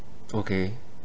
okay